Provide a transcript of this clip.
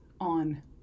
on